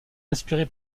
inspiré